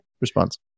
response